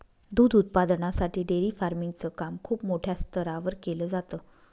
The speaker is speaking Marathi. दूध उत्पादनासाठी डेअरी फार्मिंग च काम खूप मोठ्या स्तरावर केल जात